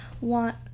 want